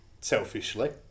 selfishly